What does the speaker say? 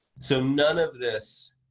so, none of this,